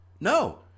No